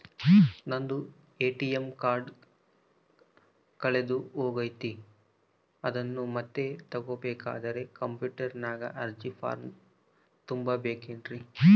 ನಂದು ATM card ಕಳೆದು ಹೋಗೈತ್ರಿ ಅದನ್ನು ಮತ್ತೆ ತಗೋಬೇಕಾದರೆ ಕಂಪ್ಯೂಟರ್ ನಾಗ ಅರ್ಜಿ ಫಾರಂ ತುಂಬಬೇಕನ್ರಿ?